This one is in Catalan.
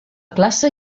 classe